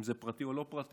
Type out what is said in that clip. אם זה פרטי או לא פרטי,